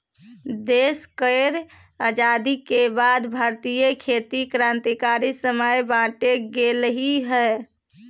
देश केर आजादी के बाद भारतीय खेती क्रांतिकारी समय बाटे गेलइ हँ